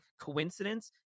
coincidence